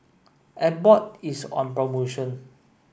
Abbott is on promotion